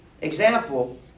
example